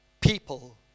People